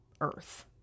Earth